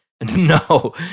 no